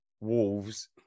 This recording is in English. Wolves